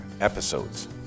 episodes